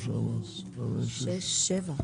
שבעה.